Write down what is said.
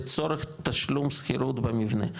לצורך תשלום שכירות במבנה.